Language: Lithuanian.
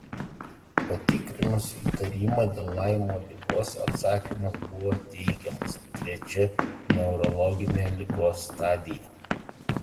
patikrinus įtarimą dėl laimo ligos atsakymas buvo teigiamas trečia neurologinė ligos stadija